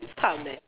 very cham eh